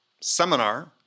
seminar